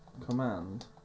command